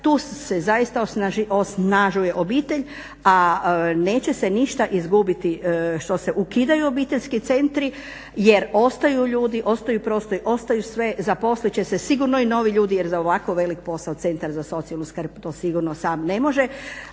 Tu se zaista osnažuje obitelj, a neće se ništa izgubiti, što se ukidaju obiteljski centri jer ostaju ljudi, ostaju prostori, ostaju sve, zaposlit će se sigurno i novi ljudi jer za ovako velik posao centar za socijalnu skrb to sigurno sam ne može.